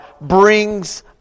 brings